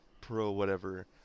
pro-whatever